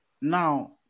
now